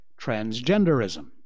transgenderism